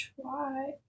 try